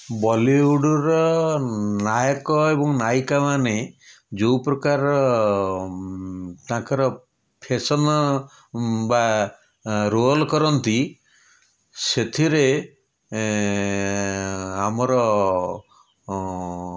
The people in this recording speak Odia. ବଲିଉଡ଼ର ନାୟକ ଏବଂ ନାୟିକାମାନେ ଯେଉଁପ୍ରକାର ତାଙ୍କର ଫ୍ୟାଶନ୍ ବା ରୋଲ୍ କରନ୍ତି ସେଥିରେ ଆମର